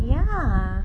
ya